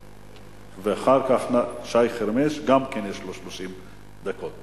אחר כך שי חרמש, גם לו יש 30 דקות.